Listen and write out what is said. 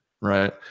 right